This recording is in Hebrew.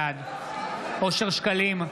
בעד אושר שקלים,